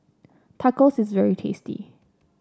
tacos is very tasty